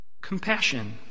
Compassion